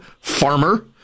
farmer